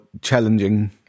challenging